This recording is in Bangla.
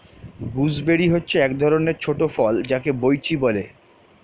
গুজবেরি হচ্ছে এক ধরণের ছোট ফল যাকে বৈঁচি বলে